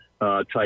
type